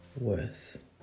worth